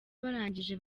barangije